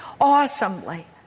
awesomely